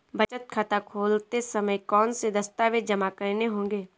बचत खाता खोलते समय कौनसे दस्तावेज़ जमा करने होंगे?